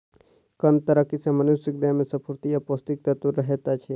कंद तरकारी सॅ मनुषक देह में स्फूर्ति आ पौष्टिक तत्व रहैत अछि